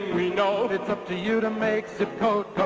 we know. it's up to you to make zip code